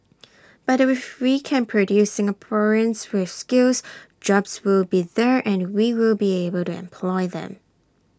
but if we can produce Singaporeans with skills jobs will be there and we will be able to employ them